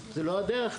זו לא הדרך,